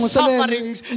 sufferings